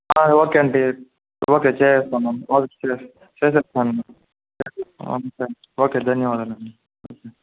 okay అండి okay చేసేస్తాను okay చేసేస్తాను ఓకే ధన్యవాదాలండి